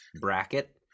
bracket